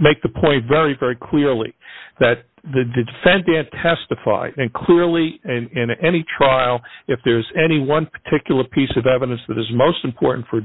make the point very very clearly that the defendant testify and clearly and in any trial if there's any one particular piece of evidence that is most important for